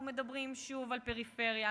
אנחנו מדברים שוב על פריפריה,